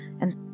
and